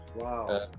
Wow